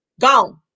gone